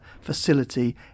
facility